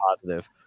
positive